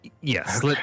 yes